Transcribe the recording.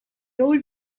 old